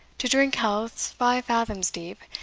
to drink healths five fathoms deep,